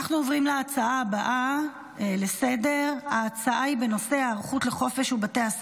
נעבור להצעה לסדר-היום בנושא: היערכות לחופש וביה"ס